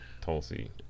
Tulsi